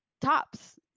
tops